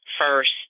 first